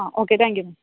okay thank you ma'am